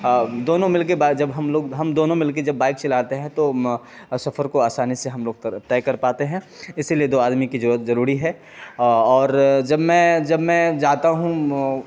دونوں مل کے جب ہم لوگ ہم دونوں مل کے جب بائک چلاتے ہیں تو سفر کو آسانی سے ہم لوگ طے کر پاتے ہیں اسی لیے دو آدمی کی ضرورت ضروری ہے اور جب میں جب میں جاتا ہوں